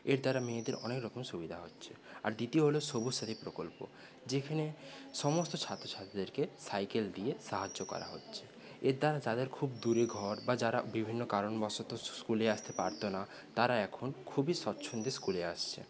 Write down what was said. এর দ্বারা মেয়েদের অনেক রকম সুবিধা হচ্ছে আর দ্বিতীয় হল সবুজ সাথী প্রকল্প যেখানে সমস্ত ছাত্র ছাত্রীদেরকে সাইকেল দিয়ে সাহায্য করা হচ্ছে এর দ্বারা যাদের খুব দূরে ঘর বা যারা বিভিন্ন কারণবশত স্কুলে আসতে পারত না তারা এখন খুবই স্বচ্ছন্দে স্কুলে আসছে